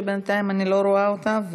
שבינתיים אני לא רואה אותה,